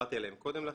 עליהן קודם לכן.